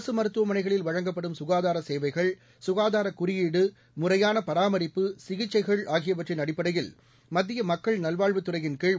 அரசு மருத்துவமனைகளில் வழங்கப்படும் சுகாதார சேவைகள் சுகாதார குறியீடு முறையான பராமரிப்பு சிகிச்சைகள் ஆகியவற்றின் அடிப்படையில் மத்திய மக்கள் நல்வாழ்வுத் துறையின் கீழ்